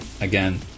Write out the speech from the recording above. again